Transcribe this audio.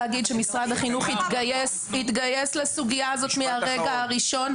החינוך התגייס לסוגיה הזאת מהרגע הראשון,